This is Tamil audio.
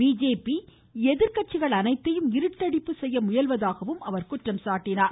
பிஜேபி எதிர்கட்சிகள் அனைத்தையும் இருட்டடிப்பு செய்ய முயல்வதாக அவர் குற்றம் சாட்டினார்